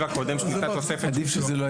הקודם שניתנה תוספת של 30 מיליון שקלים.